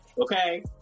Okay